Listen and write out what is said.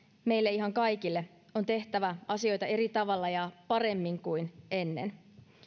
meille ihan kaikille on tehtävä asioita eri tavalla ja paremmin kuin ennen